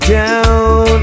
down